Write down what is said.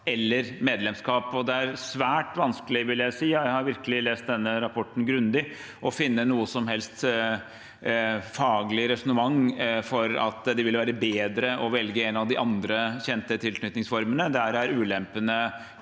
lest denne rapporten grundig – å finne noe som helst faglig resonnement for at det ville være bedre å velge en av de andre kjente tilknytningsformene. Der er ulempene